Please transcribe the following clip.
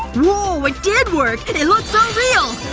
whoa! it did work! and it looks so real!